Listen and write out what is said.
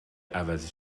عوضی